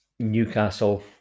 Newcastle